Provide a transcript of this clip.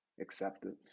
Acceptance